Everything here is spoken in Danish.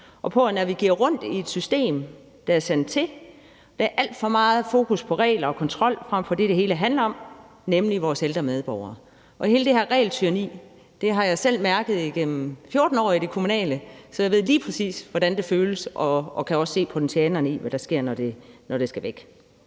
og på at navigere rundt i et system, der er sandet til. Der er alt for meget fokus på regler og kontrol frem for det, det hele handler om, nemlig vores ældre medborgere. Hele det her regeltyranni har jeg selv mærket gennem 14 år i det kommunale, så jeg ved lige præcis, hvordan det føles, og kan også se potentialet i, hvad der kan ske, når det kommer væk.